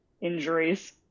injuries